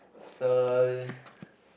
so